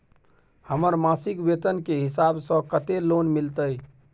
हमर मासिक वेतन के हिसाब स कत्ते लोन मिलते?